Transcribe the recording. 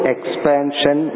Expansion